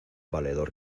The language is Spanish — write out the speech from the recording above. valedor